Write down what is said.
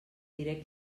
diré